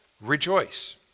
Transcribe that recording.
rejoice